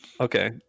Okay